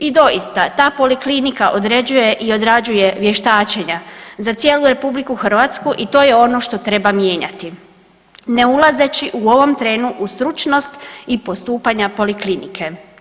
I doista, ta Poliklinika određuje i odrađuje vještačenja za cijelu RH i to je ono što treba mijenjati, ne ulazeći u ovom trenu u stručnost i postupanja Poliklinike.